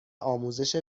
آموزش